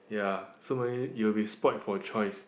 ya so many you will be spoilt for choice